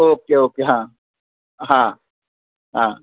okay okay हां हां हां